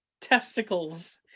testicles